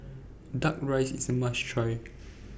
Duck Rice IS A must Try